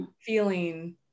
feeling